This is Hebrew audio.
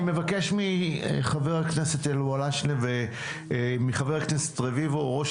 אני מבקש מחבר הכנסת ואליד אלהואשלה וחבר הכנסת אליהו רביבו,